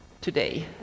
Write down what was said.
today